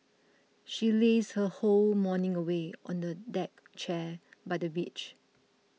she lazed her whole morning away on a deck chair by the beach